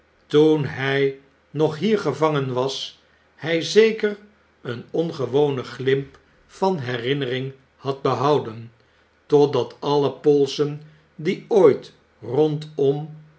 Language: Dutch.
toen hy nog hier gevangen was hy zeker een ongewonen glimp van herinnering had behouden totdat alle polsen die ooit rondom